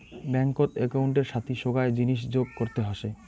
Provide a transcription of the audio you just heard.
ব্যাঙ্কত একউন্টের সাথি সোগায় জিনিস যোগ করতে হসে